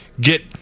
get